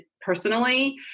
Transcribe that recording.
personally